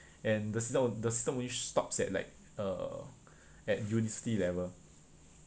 and the system the system only stops at like uh at university level